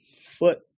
foot